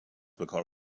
بهکار